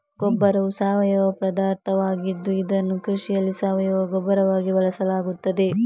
ಗೊಬ್ಬರವು ಸಾವಯವ ಪದಾರ್ಥವಾಗಿದ್ದು ಇದನ್ನು ಕೃಷಿಯಲ್ಲಿ ಸಾವಯವ ಗೊಬ್ಬರವಾಗಿ ಬಳಸಲಾಗುತ್ತದೆ